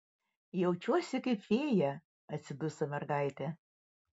jaučiuosi kaip fėja atsiduso mergaitė